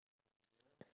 oh what